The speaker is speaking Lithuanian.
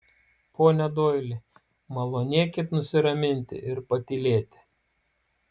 pone doili malonėkit nusiraminti ir patylėti